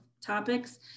topics